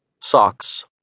Socks